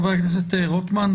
חבר הכנסת רוטמן,